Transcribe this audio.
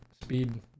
speed